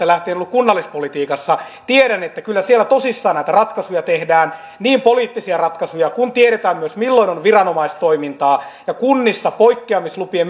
lähtien ollut kunnallispolitiikassa tiedän että kyllä siellä tosissaan näitä ratkaisuja tehdään poliittisia ratkaisuja kun tiedetään milloin se on viranomaistoimintaa ja kunnissa poikkeamislupien